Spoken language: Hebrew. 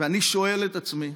ואני שואל את עצמי: